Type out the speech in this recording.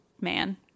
man